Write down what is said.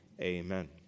Amen